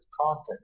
content